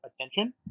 attention